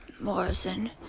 Morrison